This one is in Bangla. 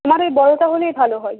আমার ওই বড়োটা হলেই ভালো হয়